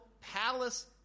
palace